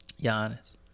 Giannis